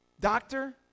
doctor